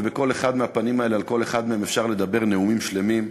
ועל כל אחד מהפנים האלה אפשר לדבר נאומים שלמים.